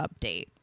update